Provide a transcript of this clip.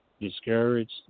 discouraged